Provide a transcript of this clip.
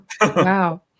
Wow